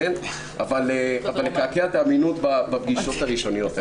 אבל לקעקע את האמינות בפגישות הראשונות.